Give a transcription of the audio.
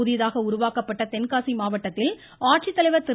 புதிதாக உருவாக்கப்பட்ட தென்காசி மாவட்டத்தில் ஆட்சித்தலைவர் திரு